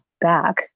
back